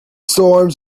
storms